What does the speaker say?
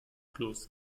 bloß